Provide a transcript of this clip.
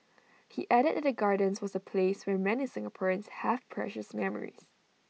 he added that the gardens was A place where many Singaporeans have precious memories